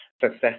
Success